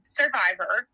survivor